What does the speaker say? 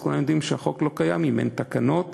כולם יודעים שהחוק לא קיים אם אין תקנות.